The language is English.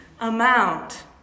amount